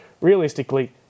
realistically